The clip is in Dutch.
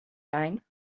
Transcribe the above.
zijn